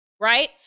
right